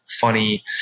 funny